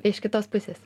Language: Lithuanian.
iš kitos pusės